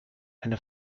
eine